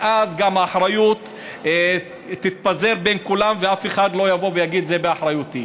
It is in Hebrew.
ואז גם האחריות תתפזר בין כולם ואף אחד לא יבוא ויגיד: זה באחריותי.